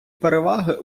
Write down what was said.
переваги